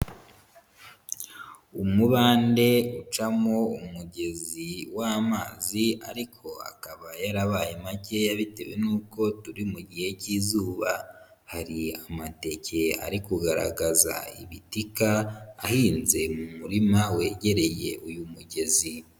Umubande ucamo umugezi w'amazi ariko akaba yarabaye makeya bitewe n'uko turi mu gihe cy'izuba, hari amateke ari kugaragaza ibitika, ahinze mu murima wegereye uyu mugezi.